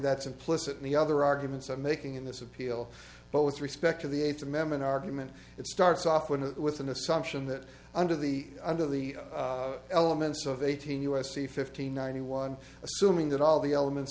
that's implicit in the other arguments i'm making in this appeal but with respect to the eighth amendment argument it starts off with an assumption that under the under the elements of eighteen u s c fifteen ninety one assuming that all the elements